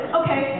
okay